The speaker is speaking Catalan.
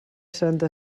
santa